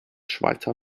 schweizer